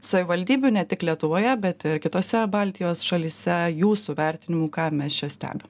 savivaldybių ne tik lietuvoje bet ir kitose baltijos šalyse jūsų vertinimu ką mes čia stebim